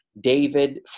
David